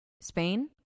Spain